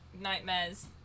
Nightmares